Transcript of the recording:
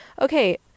okay